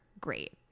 Great